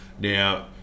Now